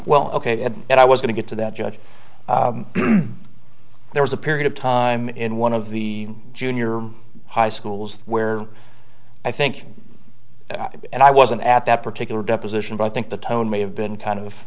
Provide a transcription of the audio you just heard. well ok and that i was going to get to that judge there was a period of time in one of the junior high schools where i think and i wasn't at that particular deposition but i think the tone may have been kind